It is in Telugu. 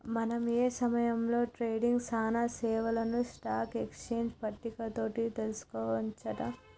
మనం ఏ సమయంలో ట్రేడింగ్ సానా సేవలను స్టాక్ ఎక్స్చేంజ్ పట్టిక తోటి తెలుసుకోవచ్చు అంట